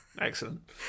Excellent